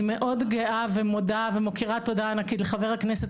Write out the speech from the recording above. אני מאוד גאה ומודה ומוקירה תודה ענקית לחבר הכנסת